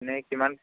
এনে কিমান